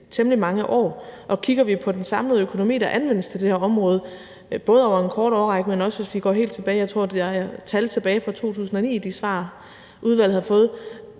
temmelig mange år. Og kigger vi på den samlede økonomi, der anvendes til det her område – både over en kort årrække, men også hvis vi går tilbage; jeg tror, der er tal tilbage helt fra 2009 i de svar, udvalget har fået